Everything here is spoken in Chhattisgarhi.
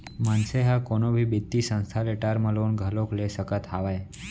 मनसे ह कोनो भी बित्तीय संस्था ले टर्म लोन घलोक ले सकत हावय